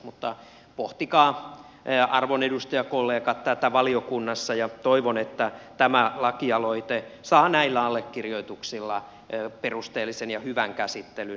mutta pohtikaa arvon edustajakollegat tätä valiokunnassa ja toivon että tämä lakialoite saa näillä allekirjoituksilla perusteellisen ja hyvän käsittelyn